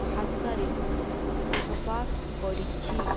ଭାଷାରେ ଅନୁବାଦ କରିଛି